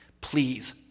Please